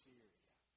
Syria